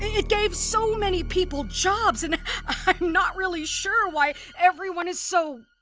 it gave so many people jobs, and i'm not really sure why everyone is so.